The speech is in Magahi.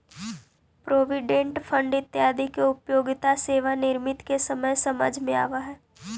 प्रोविडेंट फंड इत्यादि के उपयोगिता सेवानिवृत्ति के समय समझ में आवऽ हई